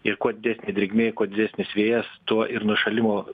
ir kuo didesnė drėgmė kuo didesnis vėjas tuo ir nušalimo